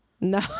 No